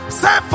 say